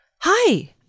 Hi